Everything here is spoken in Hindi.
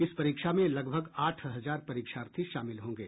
इस परीक्षा में लगभग आठ हजार परीक्षार्थी शामिल होंगे